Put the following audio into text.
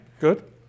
good